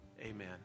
amen